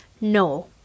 no